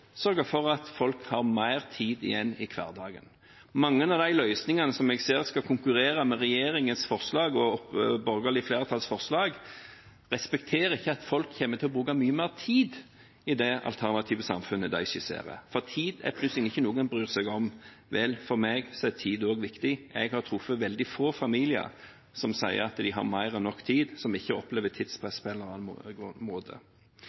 sørge for at folk har mer tid igjen i hverdagen. Mange av de løsningene som jeg ser skal konkurrere med regjeringens og det borgerlige flertallets forslag, respekterer ikke at folk kommer til å bruke mye mer tid i det alternative samfunnet de skisserer. Tid er plutselig noe en ikke bryr seg om. For meg er tid også viktig. Jeg har truffet veldig få familier som sier at de har mer enn nok tid, som ikke opplever tidspress på en eller annen måte.